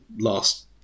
last